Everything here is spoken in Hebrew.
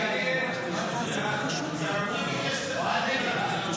הסתייגות 9 לא נתקבלה.